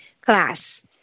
class